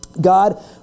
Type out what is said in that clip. God